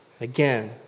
Again